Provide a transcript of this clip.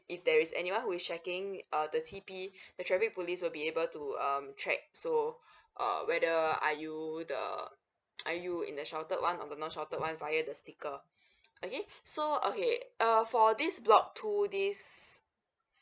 if there is anyone who is checking uh the T_P the traffic police will be able to um check so uh whether are you the are you in the sheltered one or the non sheltered one via the sticker okay so okay uh for this block two this